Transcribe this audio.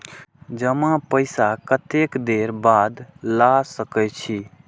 जमा पैसा कतेक देर बाद ला सके छी?